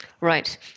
Right